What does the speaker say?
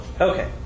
Okay